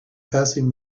passing